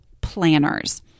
planners